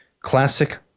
classic